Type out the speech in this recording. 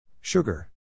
Sugar